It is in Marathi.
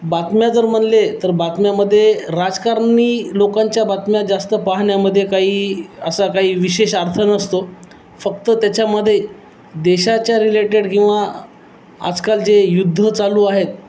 बातम्या जर म्हणले तर बातम्यामध्ये राजकारणी लोकांच्या बातम्या जास्त पाहण्यामध्ये काही असा काही विशेष अर्थ नसतो फक्त त्याच्यामध्ये देशाच्या रिलेटेड किंवा आजकाल जे युद्ध चालू आहेत